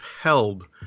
held